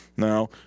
Now